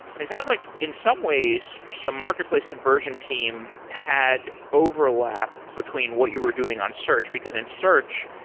it sounds like in some ways, the marketplace conversion team had overlap between what you were doing on search, because in search,